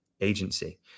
agency